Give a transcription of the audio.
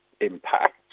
impact